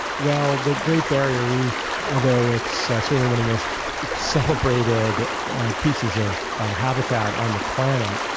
well, the great barrier reef, although it's certainly one of the most celebrated pieces of habitat on the planet,